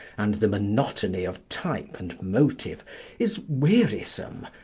and the monotony of type and motive is wearisome,